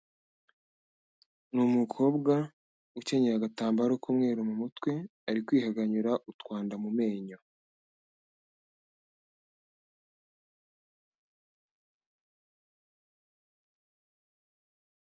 Ni umukobwa ukenyeye agatambaro k'umweru mu mutwe, ari kwihaganyura utwanda mu menyo.